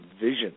vision